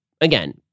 again